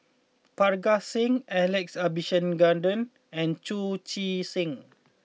Parga Singh Alex Abisheganaden and Chu Chee Seng